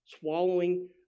swallowing